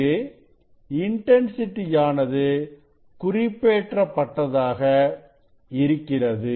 இங்கு இன்டன்சிட்டி ஆனது குறிப்பேற்றப்பட்டதாக இருக்கிறது